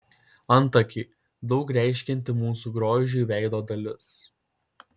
antakiai daug reiškianti mūsų grožiui veido dalis